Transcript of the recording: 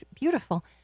beautiful